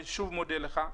אני שוב מודה לך,